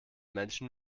menschen